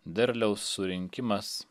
derliaus surinkimas